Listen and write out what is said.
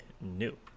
new